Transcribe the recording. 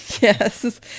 Yes